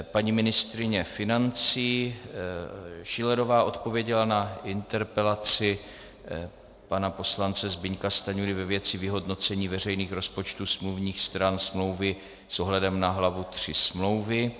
Paní ministryně financí Schillerová odpověděla na interpelaci pana poslance Zbyňka Stanjury ve věci vyhodnocení veřejných rozpočtů smluvních stran smlouvy s ohledem na hlavu 3 smlouvy.